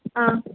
ആ